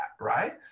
right